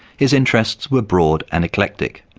his interests were broad and eclectic.